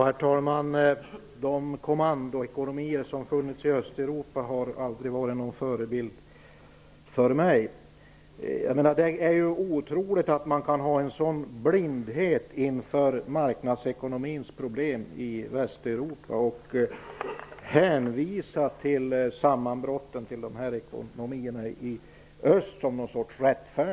Herr talman! De kommandoekonomier som funnits i Östeuropa har aldrig varit några förebilder för mig. Det är otroligt att man kan vara så blind inför marknadsekonomins problem i Västeuropa och som ett slags rättfärdigande hänvisa till sammanbrotten av ekonomierna i öst.